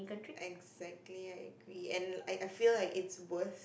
exactly I agree and like like I feel like it's worth